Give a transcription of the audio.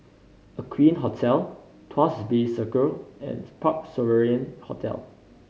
Aqueen Hotel Tuas Bay Circle and Parc Sovereign Hotel